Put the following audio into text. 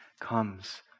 comes